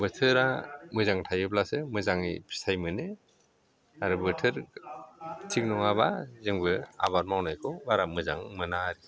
बोथोरा मोजां थायोब्लासो मोजाङै फिथाइ मोनो आरो बोथोर थिग नङाब्ला जोंबो आबाद मावनायखौ बारा मोजां मोना आरोखि